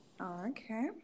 Okay